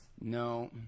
No